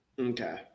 Okay